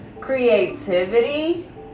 creativity